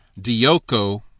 Dioko